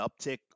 uptick